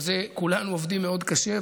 על זה כולנו עובדים מאוד קשה,